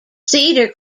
cedar